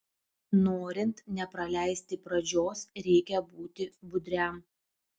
norint nepraleisti pradžios reikia būti budriam